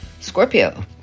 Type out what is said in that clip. Scorpio